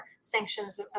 sanctions